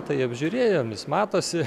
tai apžiūrėjom jis matosi